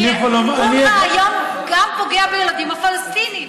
כי אונר"א היום גם פוגע בילדים הפלסטינים.